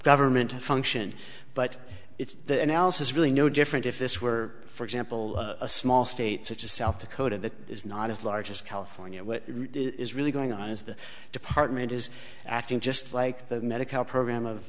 government function but it's the else is really no different if this were for example a small state such as south dakota that is not as large as california what is really going on is the department is acting just like the medicare program of